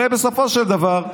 הרי בסופו של דבר,